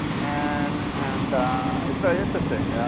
and and it's very interesting.